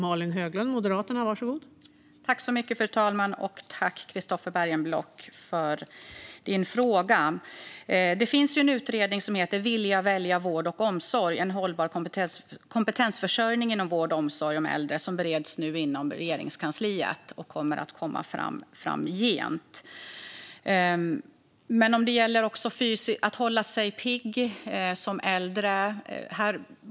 Fru talman! Jag tackar Christofer Bergenblock för frågan. Det finns en utredning som heter Vilja välja vård och omsorg - En hållbar kompetens försörjning inom vård och omsorg om äldre och som nu bereds inom Regeringskansliet. Det gäller också att hålla sig pigg som äldre.